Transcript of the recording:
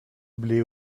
blé